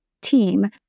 team